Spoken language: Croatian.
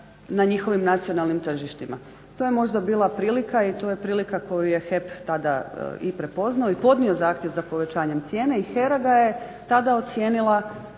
na njihovim nacionalnim tržištima. To je možda bila prilika i to je prilika koju je HEP tada prepoznao i podnio zahtjev za povećanje cijene i HERA ga je tada ocijenila